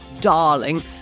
darling